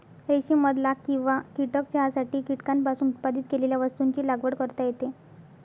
रेशीम मध लाख किंवा कीटक चहासाठी कीटकांपासून उत्पादित केलेल्या वस्तूंची लागवड करता येते